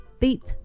beep